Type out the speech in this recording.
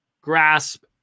grasp